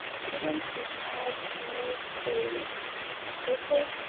student which has made a paper,